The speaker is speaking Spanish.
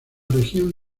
región